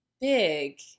big